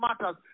matters